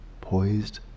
poised